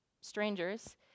strangers